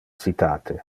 citate